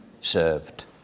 served